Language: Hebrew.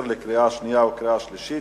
2010, קריאה שנייה וקריאה שלישית.